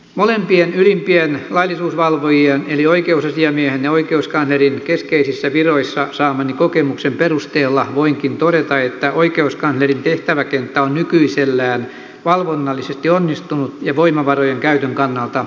molempien ylimpien laillisuusvalvojien eli oikeusasiamiehen ja oikeuskanslerin keskeisissä viroissa saamani kokemuksen perusteella voinkin todeta että oikeuskanslerin tehtäväkenttä on nykyisellään valvonnallisesti onnistunut ja voimavarojen käytön kannalta optimaalinen